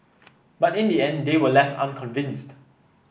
but in the end they were left unconvinced